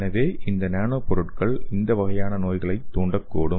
எனவே இந்த நானோ பொருட்கள் இந்த வகையான நோய்களையும் தூண்டக்கூடும்